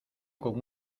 con